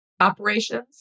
operations